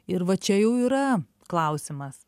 ir va čia jau yra klausimas